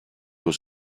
was